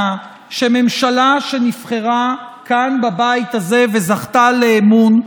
שממשלה שנבחרה כאן בבית הזה וזכתה לאמון,